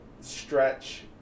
stretch